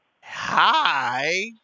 hi